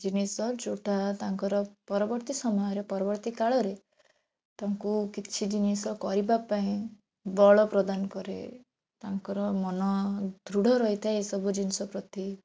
ଜିନିଷ ଯୋଉଟା ତାଙ୍କର ପରବର୍ତ୍ତୀ ସମୟରେ ପରବର୍ତ୍ତୀ କାଳରେ ତାଙ୍କୁ କିଛି ଜିନିଷ କରିବାପାଇଁ ବଳ ପ୍ରଦାନ କରେ ତାଙ୍କର ମନ ଦୃଢ଼ ରହିଥାଏ ଏସବୁ ଜିନିଷ ପ୍ରତି